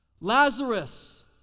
Lazarus